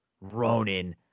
Ronan